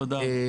תודה.